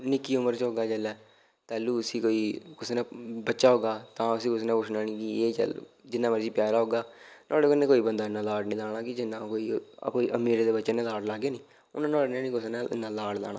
निक्की उम्र च होगा जिल्लै तैहलूं उसी कोई जिल्लै बच्चा होगा तां उसी कुसै नै पुच्छना नी कि एह् चल जिन्ना मर्जी प्यारा होगा नुआढ़े कन्नै बंदा इन्ना लाड नी लाना कि जिन्ना कोई अमीरे दे बच्चे नै लाड लागे नी उन्ना नुआढ़े ने नी कुसा ने इन्ना लाड लाना